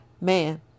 man